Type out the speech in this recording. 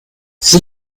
sie